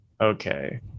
Okay